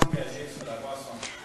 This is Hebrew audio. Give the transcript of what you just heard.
של הרשות,